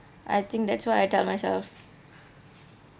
I think that's what I tell myself